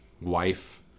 wife